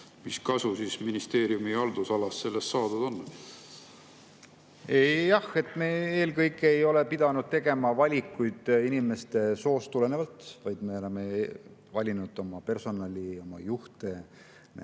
Mis kasu ministeeriumi haldusalas sellest saadud on? Jah, me ei ole pidanud tegema valikuid inimeste soost tulenevalt, vaid me oleme valinud oma personali, oma juhte